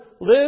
live